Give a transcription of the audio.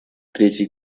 третий